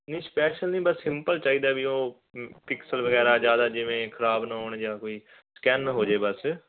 ਨਹੀਂ ਸਪੈਸ਼ਲ ਨਹੀਂ ਬਸ ਸਿੰਪਲ ਚਾਹੀਦਾ ਵੀ ਉਹ ਪਿਕਸਲ ਵਗੈਰਾ ਜ਼ਿਆਦਾ ਜਿਵੇਂ ਖ਼ਰਾਬ ਨਾ ਹੋਣ ਜਾਂ ਕੋਈ ਸਕੈਨ ਹੋ ਜਾਵੇ ਬਸ